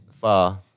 far